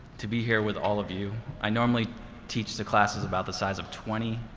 to be here with all of you. i normally teach to classes about the size of twenty.